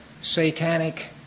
satanic